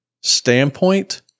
standpoint